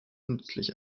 nützlich